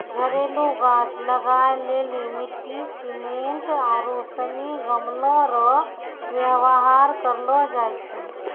घरेलू गाछ लगाय लेली मिट्टी, सिमेन्ट आरू सनी गमलो रो वेवहार करलो जाय छै